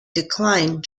declined